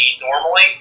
normally